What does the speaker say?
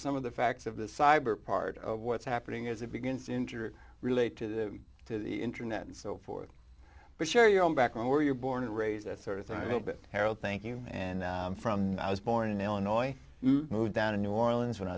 some of the facts of the cyber part of what's happening as it begins injury related to the internet and so forth but share your own background where you're born and raised that sort of thing that harold thank you and from i was born in illinois moved down to new orleans when i